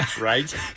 Right